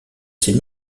ses